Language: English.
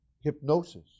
hypnosis